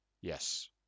Yes